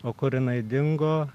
o kur jinai dingo